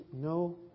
no